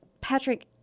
Patrick